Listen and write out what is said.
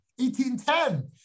1810